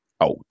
out